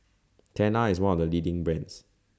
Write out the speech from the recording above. Tena IS one of The leading brands